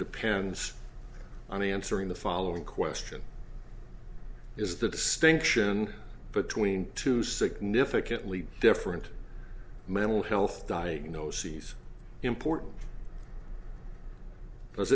depends on me answering the following question is the distinction between two significantly different mental health diagnoses important does